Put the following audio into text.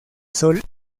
sol